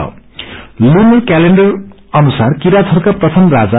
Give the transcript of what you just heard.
त्तुनर calendar अनुसार किरातहरूका प्रथम राजा